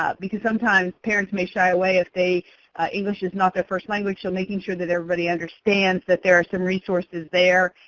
ah because sometimes parents may shy away if ah english is not their first language. so, making sure that everybody understands that there are some resources there